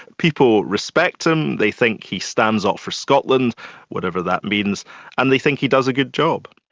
people respect him, they think he stands up for scotland whatever that means and they think he does a good job.